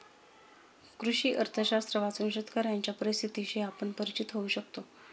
कृषी अर्थशास्त्र वाचून शेतकऱ्यांच्या परिस्थितीशी आपण परिचित होऊ शकतो